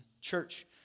Church